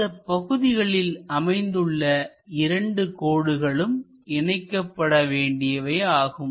இந்தப் பகுதிகளில் அமைந்துள்ள இரண்டு கோடுகளும் இணைக்கப்பட வேண்டியவை ஆகும்